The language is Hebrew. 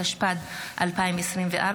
התשפ"ד 2024,